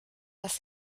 dass